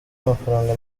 amafaranga